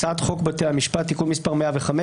הצעת חוק בתי המשפט (תיקון מס' 105)